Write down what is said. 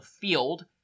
field